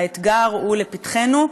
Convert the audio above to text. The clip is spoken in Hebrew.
האתגר הוא לפתחנו,